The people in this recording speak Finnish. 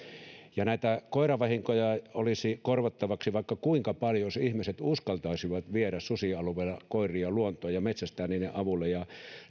näitä koiravahinkoja olisi korvattavaksi vaikka kuinka paljon jos ihmiset uskaltaisivat viedä susialueilla koiria luontoon ja metsästää niiden avulla ja